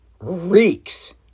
reeks